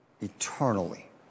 eternally